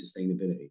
sustainability